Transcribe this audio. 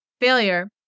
failure